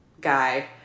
guy